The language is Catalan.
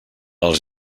als